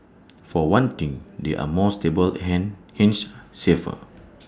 for one thing they are more stable hang hence safer